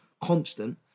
constant